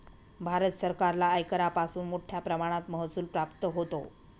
भारत सरकारला आयकरापासून मोठया प्रमाणात महसूल प्राप्त होतो